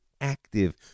active